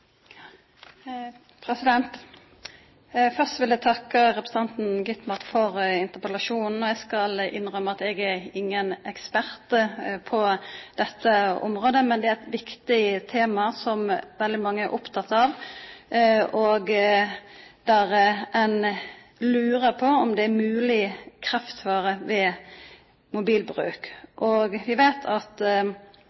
øvrig. Først vil eg takka representanten Gitmark for interpellasjonen. Eg skal innrømma at eg er ingen ekspert på dette området, men det er eit viktig tema som veldig mange er opptekne av, og ein lurar på om det er mogleg kreftfare ved mobilbruk.